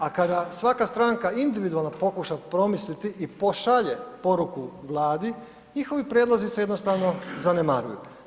A kada svaka stranka individualno pokuša promisliti i pošalje poruku Vladi, njihovi prijedlozi se jednostavno zanemaruju.